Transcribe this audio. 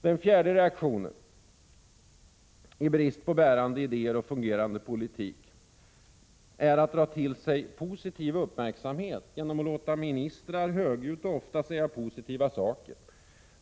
Den fjärde reaktionen blir, i brist på bärande idéer och fungerande politik, att dra till sig positiv uppmärksamhet genom att låta ministrar högljutt och ofta säga positiva saker.